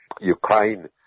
Ukraine